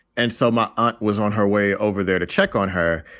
and so my aunt was on her way over there to check on her.